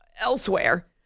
elsewhere